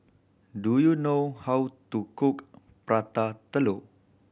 do you know how to cook Prata Telur